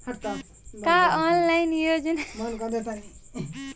का ऑनलाइन योजना में आवेदन कईल जा सकेला?